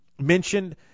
mentioned